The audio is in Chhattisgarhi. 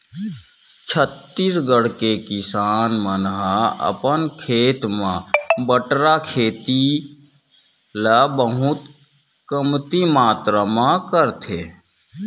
छत्तीसगढ़ के किसान मन ह अपन खेत म बटरा के खेती ल बहुते कमती मातरा म करथे